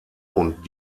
und